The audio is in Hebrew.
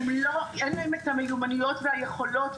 ואין להם את המיומנויות והיכולות,